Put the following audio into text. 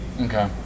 Okay